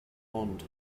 pond